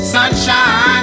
Sunshine